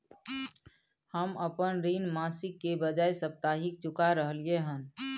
हम अपन ऋण मासिक के बजाय साप्ताहिक चुका रहलियै हन